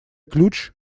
ключ